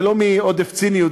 זה לא מעודף ציניות,